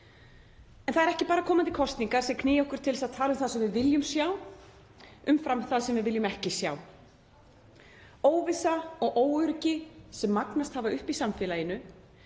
En það eru ekki bara komandi kosningar sem knýja okkur til að tala um það sem við viljum sjá umfram það sem við viljum ekki sjá. Óvissa og óöryggi sem magnast hafa upp í samfélaginu,